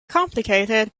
complicated